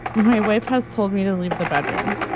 my wife has told me to leave the bedroom.